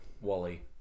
Wally